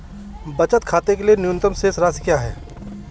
बचत खाते के लिए न्यूनतम शेष राशि क्या है?